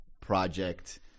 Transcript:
project